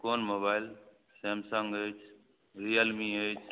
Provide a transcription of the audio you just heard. कोन mobile Samsung अछि Realme अछि